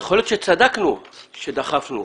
יכול להיות שצדקנו כשדחפנו,